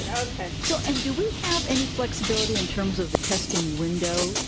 so and do we have any flexibility in terms of the testing window.